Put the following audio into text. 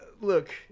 look